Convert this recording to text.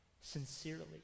sincerely